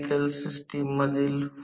जो r2 जोडतो वजा r2 करतो